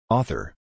Author